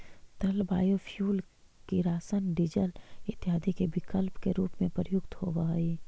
तरल बायोफ्यूल किरासन, डीजल इत्यादि के विकल्प के रूप में प्रयुक्त होवऽ हई